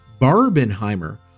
Barbenheimer